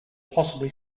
possibly